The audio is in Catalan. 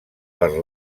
per